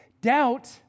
Doubt